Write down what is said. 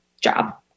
job